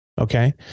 Okay